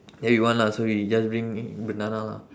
ya you want lah so we just bring banana lah